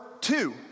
two